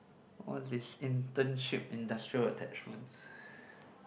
what is this internship industrial attachments